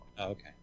Okay